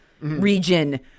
region